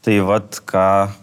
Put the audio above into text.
tai vat ką